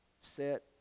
set